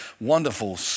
wonderful